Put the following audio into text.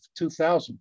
2000